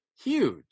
huge